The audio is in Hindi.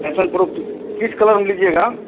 पैसन प्रो कि किस कलर में लीजिएगा